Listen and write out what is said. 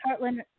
Heartland